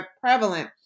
prevalent